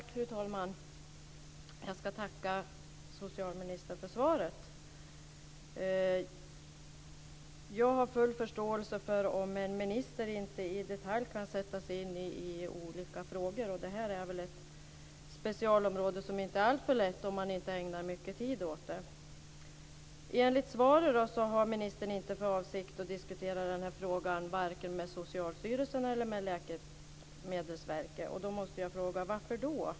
Fru talman! Jag tackar socialministern för svaret. Jag har full förståelse för om en minister inte i detalj kan sätta sig in i olika frågor, och det här är väl ett specialområde som inte är alltför lätt om man inte ägnar mycket tid åt det. Enligt svaret har ministern inte för avsikt att diskutera den här frågan, vare sig med Socialstyrelsen eller med Läkemedelsverket. Då måste jag fråga: Varför?